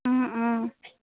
অঁ অঁ